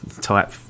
type